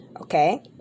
Okay